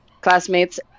classmates